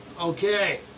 okay